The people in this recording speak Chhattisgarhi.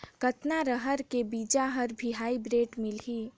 कतना रहर के बीजा हर भी हाईब्रिड मिलही?